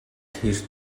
тэр